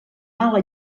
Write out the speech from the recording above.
mala